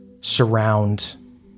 surround